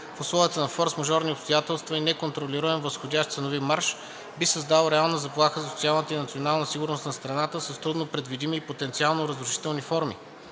в условията на форсмажорни обстоятелства и неконтролируем възходящ ценови марж, би създало реална заплаха за социалната и националната сигурност на страната, с труднопредвидими и потенциално разрушителни форми.